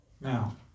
Now